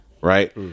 Right